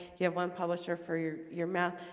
you have one publisher for your your math,